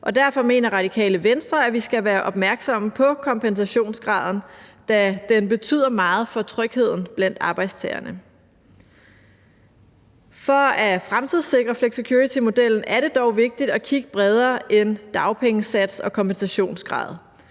derfor mener Radikale Venstre, at vi skal være opmærksomme på kompensationsgraden, da den betyder meget for trygheden blandt arbejdstagerne. For at fremtidssikre flexicuritymodellen er det dog vigtigt at kigge bredere end på dagpengesats og kompensationsgrad.